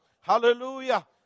hallelujah